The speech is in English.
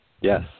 Yes